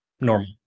normal